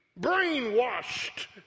brainwashed